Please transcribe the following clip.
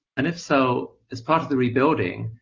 and if so, as part of the rebuilding,